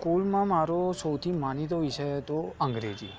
સ્કૂલમાં મારો સૌથી માનીતો વિષય હતો અંગ્રેજી